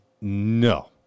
No